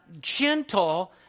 gentle